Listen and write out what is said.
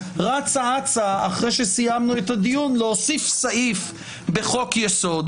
רצה אצה אחרי שסיימנו את הדיון להוסיף סעיף בחוק-יסוד,